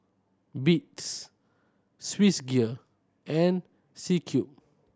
Beats Swissgear and C Cube